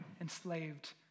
enslaved